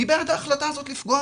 מי בעד ההחלטה הזו לפגוע